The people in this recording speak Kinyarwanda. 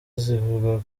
zivuga